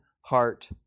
heart